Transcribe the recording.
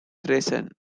treason